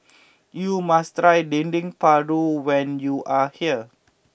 you must try Dendeng Paru when you are here